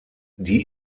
die